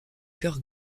chœur